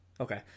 Okay